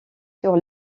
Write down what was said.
sur